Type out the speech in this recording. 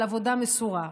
על עבודה מסורה.